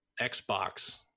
Xbox